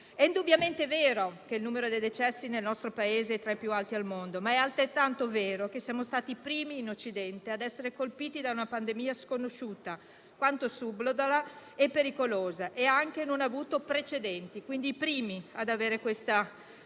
È indubbiamente vero che il numero dei decessi nel nostro Paese è tra i più alti al mondo, ma è altrettanto vero che siamo stati i primi in Occidente ad essere colpiti da una pandemia sconosciuta, subdola e pericolosa, che non ha avuto precedenti. Siamo stati quindi i primi ad avere questa mannaia